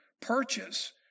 purchase